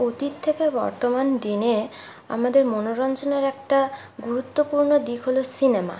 অতীত থেকে বর্তমান দিনে আমাদের মনোরঞ্জনের একটা গুরুত্বপূর্ণ দিক হল সিনেমা